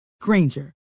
Granger